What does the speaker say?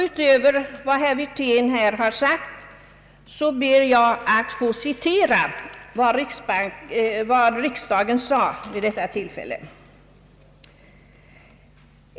Utöver vad herr Wirtén här sagt ber jag att få citera vad riksdagen sade vid detta tillfälle.